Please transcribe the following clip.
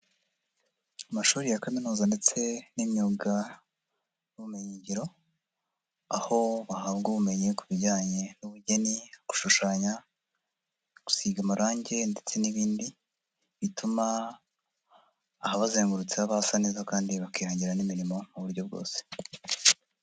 Amashuri ya Kaminuza ndetse n'imyuga n'ubumenyingiro, aho bahabwa ubumenyi ku bijyanye n'ubugeni, gushushanya, gusiga amarange ndetse n'ibindi bituma ahabazengurutse haba hasa neza kandi bakiyongera n'imirimo mu buryo bwose.